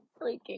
freaking